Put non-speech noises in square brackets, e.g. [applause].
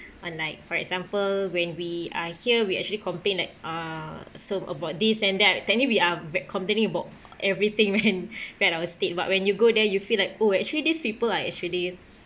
on like for example when we are here we actually complain like ah so about this and that that mean we are ve~ complaining about everything went [laughs] bad our state but when you go there you feel like oh actually these people are actually